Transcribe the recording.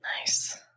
Nice